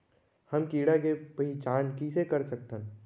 हम कीड़ा के पहिचान कईसे कर सकथन